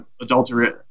adulterate